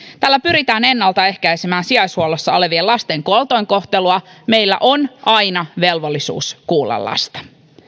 tällä pyritään ennaltaehkäisemään sijaishuollossa olevien lasten kaltoinkohtelua meillä on aina velvollisuus kuulla lasta